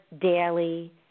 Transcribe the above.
daily